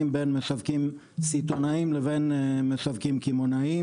בין משווקים סיטונאים לבין משווקים קמעונאים.